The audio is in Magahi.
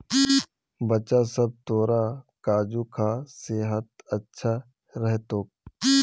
बच्चा सब, तोरा काजू खा सेहत अच्छा रह तोक